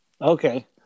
Okay